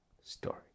story